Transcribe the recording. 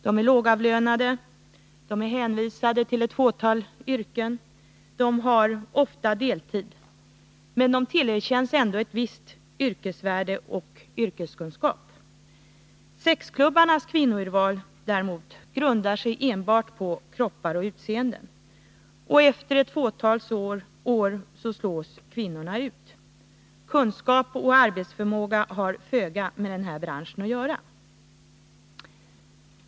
De är lågavlönade, de är hänvisade till ett fåtal yrken, och de har ofta deltid. Men de tillerkänns ändå ett visst yrkesvärde och en yrkeskunskap. Sexklubbarnas kvinnourval däremot grundar sig enbart på kroppar och utseenden, och efter ett fåtal år slås kvinnorna ut. Kunskap och arbetsför måga har föga med den här branschen att göra.